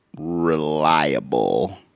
reliable